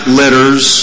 letters